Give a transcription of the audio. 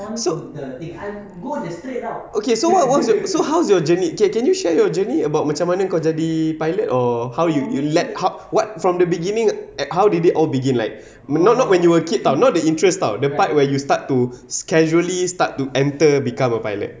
so okay so what what how's your journey okay can you share your journey about macam mana kau jadi pilot or how you you let what from the beginning how did it all begin like not not when you were a kid [tau] not the interest [tau] the part where you start to casually start to enter become a pilot